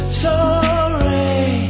sorry